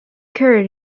curd